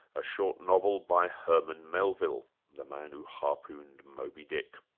a short novel by herman melville, the man who harpooned moby dick.